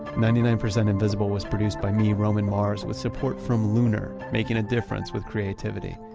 ninety nine percent invisible was produced by me, roman mars, with support from lunar, making a difference with creativity.